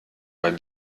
beim